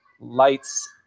lights